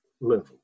level